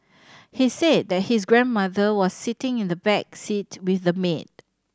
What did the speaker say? he said that his grandmother was sitting in the back seat with the maid